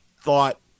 thought